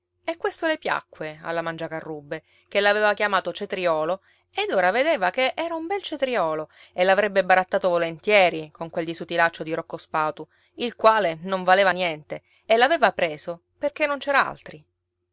e questo le piacque alla mangiacarrubbe che l'aveva chiamato cetriolo ed ora vedeva che era un bel cetriolo e l'avrebbe barattato volentieri con quel disutilaccio di rocco spatu il quale non valeva niente e l'aveva preso perché non c'era altri